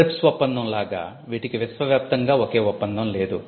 trips ఒప్పందం లాగా వీటికి విశ్వవ్యాప్తంగా ఒకే ఒప్పందం లేదు